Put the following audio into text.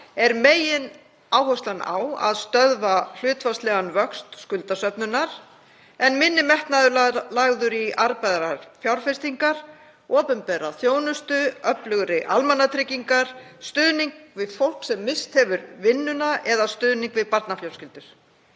er megináherslan á að stöðva hlutfallslegan vöxt skuldasöfnunar, en minni metnaður lagður í arðbærar fjárfestingar, opinbera þjónustu, öflugri almannatryggingar, stuðning við fólk sem misst hefur vinnuna eða stuðning við barnafjölskyldur.